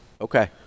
Okay